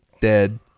dead